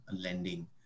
lending